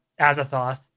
Azathoth